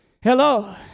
Hello